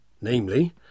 namely